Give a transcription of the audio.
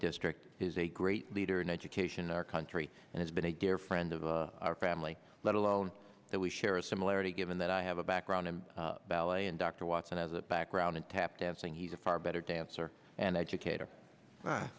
district is a great leader in education in our country and it's been a dear friend of our family let alone that we share a similarity given that i have a background in ballet and dr watson has a background in tap dancing he's a far better dancer and educator